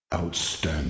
outstanding